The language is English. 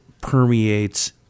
permeates